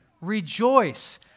Rejoice